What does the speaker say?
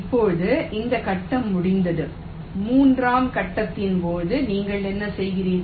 இப்போது இந்த கட்டம் முடிந்ததும் மூன்றாம் கட்டத்தின் போது நீங்கள் என்ன செய்கிறீர்கள்